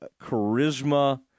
charisma